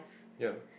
yep